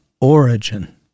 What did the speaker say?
origin